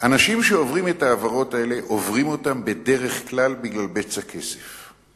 אנשים שעוברים את העבירות האלה עוברים אותן בדרך כלל בגלל בצע כסף.